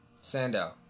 Sandow